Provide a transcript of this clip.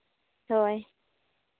ᱦᱳᱭ